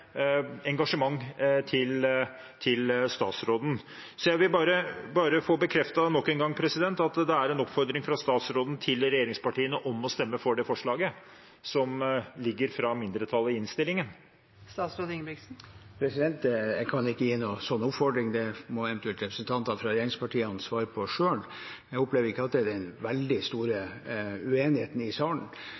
engasjement til statsråden. Jeg vil bare få bekreftet nok en gang at det er en oppfordring fra statsråden til regjeringspartiene om å stemme for forslaget som ligger fra mindretallet i innstillingen. Jeg kan ikke gi noen slik oppfordring. Det må eventuelt representanter fra regjeringspartiene svare for selv, men jeg opplever ikke at det er noen veldig stor uenighet i salen.